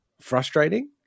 frustrating